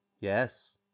yes